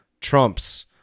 trumps